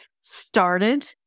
started